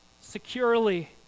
securely